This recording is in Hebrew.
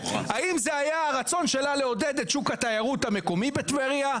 האם זה היה הרצון שלה לעודד את שוק התיירות המקומי בטבריה?